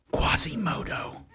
Quasimodo